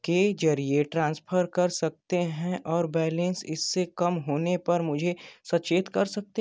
के ज़रिये ट्रांसफर कर सकते हैं और बैलेंस इससे कम होने पर मुझे सचेत कर सकते हैं